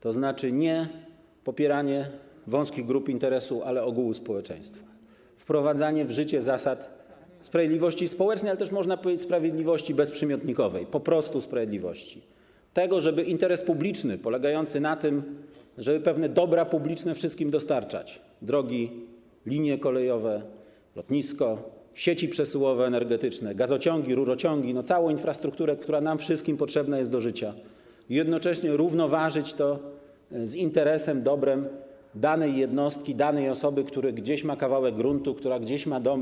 Powinno chodzić tu o popieranie nie wąskich grup interesu, ale ogółu społeczeństwa, o wprowadzanie w życie zasad sprawiedliwości społecznej, ale też, można powiedzieć, sprawiedliwości bezprzymiotnikowej, po prostu sprawiedliwości, o to, żeby był realizowany interes publiczny polegający na tym, żeby pewne dobra publiczne dostarczać wszystkim, np. drogi, linie kolejowe, lotnisko, sieci przesyłowe energetyczne, gazociągi, rurociągi, całą infrastrukturę, która nam wszystkim potrzebna jest do życia, i jednocześnie równoważyć to interesem, dobrem danej jednostki, danej osoby, która gdzieś ma kawałek gruntu, która gdzieś ma dom.